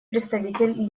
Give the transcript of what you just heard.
представитель